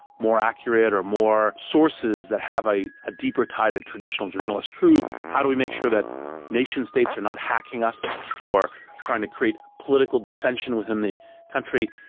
more accurate, or more sources that have a ah deeper tie to traditional journalist truth? how do we make sure that nation states are not hacking us or trying to create political dissension within the country?